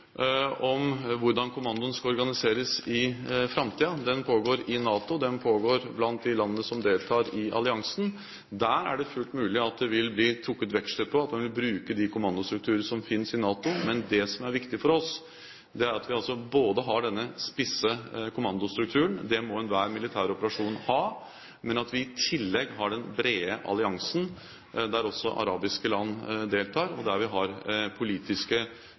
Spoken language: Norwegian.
om hvordan kommandoen skal organiseres i framtiden. Den pågår i NATO, og den pågår blant de landene som deltar i alliansen. Der er det fullt mulig at det vil bli trukket veksler på at man vil bruke de kommandostrukturer som finnes i NATO. Men det som er viktig for oss, er at vi både har denne spisse kommandostrukturen – det må enhver militær operasjon ha – og at vi i tillegg har den brede alliansen der også arabiske land deltar, der vi har politiske